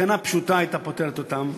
שתקנה פשוטה הייתה פותרת אותן.